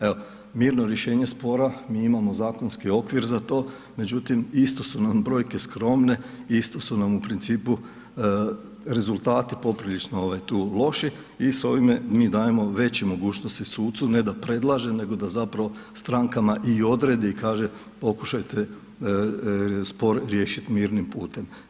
Evo mirno rješenje spora, mi imamo zakonski okvir za to, međutim, isto su nam brojke skromne isto su nam u principu rezultati poprilično tu loši i s ovime mi dajemo veće mogućnosti sucu, ne da predlaže nego da zapravo strankama i odredi, kaže, pokušajte spor riješiti mirnim putem.